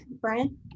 Brian